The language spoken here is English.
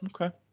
Okay